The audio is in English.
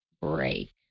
break